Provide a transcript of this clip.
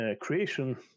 Creation